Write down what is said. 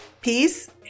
peace